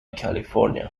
california